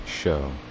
show